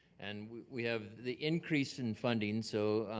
and we we have the increase in funding, so